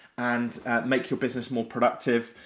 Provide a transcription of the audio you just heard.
and make your business more productive,